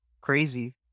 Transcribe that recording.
crazy